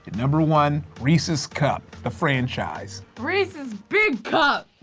number one reese's cup the franchise. reese's big cup.